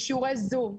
ושיעורי זום,